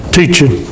teaching